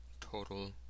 total